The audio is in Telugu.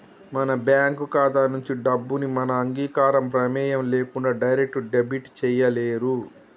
మన బ్యేంకు ఖాతా నుంచి డబ్బుని మన అంగీకారం, ప్రెమేయం లేకుండా డైరెక్ట్ డెబిట్ చేయలేరు